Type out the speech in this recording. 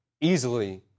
easily